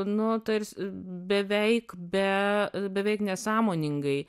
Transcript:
nu tars beveik be beveik nesąmoningai